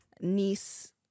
niece